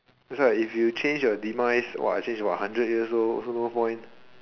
that's why if you change your demise !wah! change about hundred years old also no point